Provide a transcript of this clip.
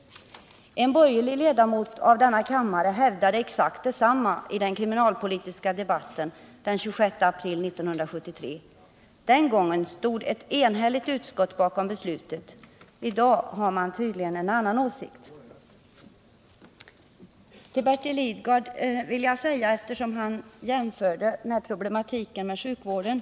En borgerlig ledamot av denna kammare hävdade exakt detsamma i den kriminalpolitiska debatten den 26 april 1973. Den gången stod ett enhälligt utskott bakom beslutet. I dag har man tydligen en annan åsikt. Bertil Lidgard jämförde denna problematik med den inom sjukvården.